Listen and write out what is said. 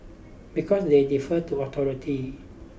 because they defer to authority